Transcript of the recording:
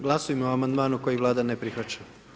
Glasujmo o amandmanu koji Vlada ne prihvaća.